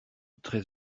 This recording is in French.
très